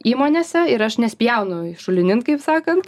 įmonėse ir aš nespjaunu šulinin kaip sakant